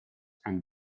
and